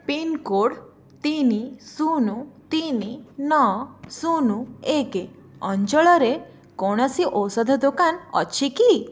pincode ତିନି ଶୂନ ତିନି ନଅ ଶୂନ ଏକ ଅଞ୍ଚଳରେ କୌଣସି ଔଷଧ ଦୋକାନ ଅଛି କି